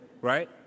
right